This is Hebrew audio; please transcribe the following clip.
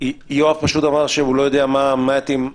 יואב סגלוביץ' פשוט אמר שהוא לא יודע מה יתאים.